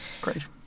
Great